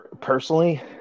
Personally